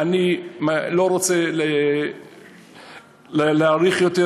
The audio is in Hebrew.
אני לא רוצה להאריך יותר,